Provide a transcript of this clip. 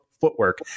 footwork